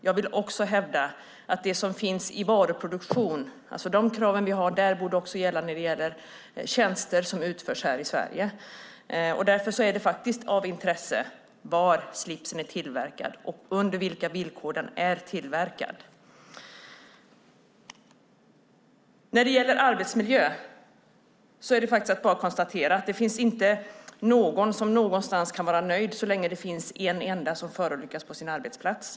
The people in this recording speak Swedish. Jag vill hävda att de krav som vi har på varuproduktionen också borde gälla för tjänster som utförs här i Sverige. Därför är det faktiskt av intresse var slipsen är tillverkad och under vilka villkor den är tillverkad. När det gäller arbetsmiljön kan vi bara konstatera att det inte finns någon som kan vara nöjd så länge det finns en enda som förolyckas på sin arbetsplats.